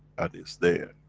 and it's there,